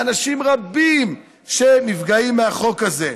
לאנשים רבים שנפגעים מהחוק הזה.